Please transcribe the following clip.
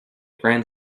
grand